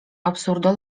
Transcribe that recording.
absurdo